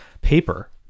paper